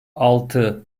altı